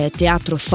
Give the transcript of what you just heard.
teatro